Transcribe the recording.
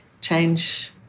change